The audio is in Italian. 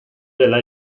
della